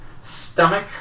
stomach